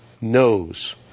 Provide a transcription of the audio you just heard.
knows